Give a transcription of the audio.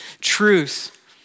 truth